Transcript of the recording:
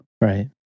Right